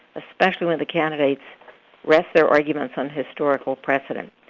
especially when the candidates rest their arguments on historical precedent.